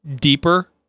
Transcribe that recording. deeper